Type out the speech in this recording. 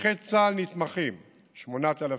נכי צה"ל נתמכים, 8,000,